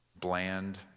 Bland